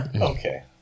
Okay